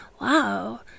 Wow